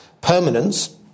permanence